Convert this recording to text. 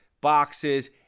boxes